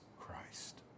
Christ